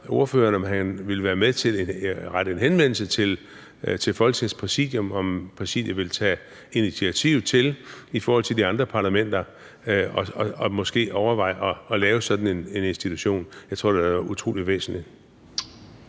om han vil være med til at rette en henvendelse til Folketingets Præsidium, om Præsidiet vil tage initiativ til, i forhold til de andre parlamenter, måske at overveje at lave sådan en institution. Jeg tror, det ville være utrolig væsentligt.